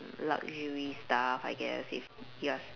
luxury stuff I guess if you're